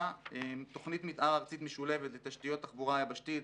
תוכנית מתאר ארצית משולבת לתשתיות תחבורה יבשתית